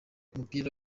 umupira